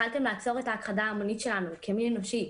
יכולתם לעצור את ההכחדה ההמונית שלנו כמין אנושי.